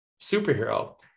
superhero